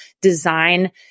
design